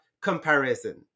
comparison